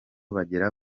bagera